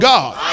God